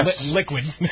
liquid